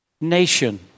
Nation